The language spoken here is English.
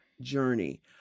journey